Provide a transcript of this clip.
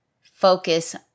focus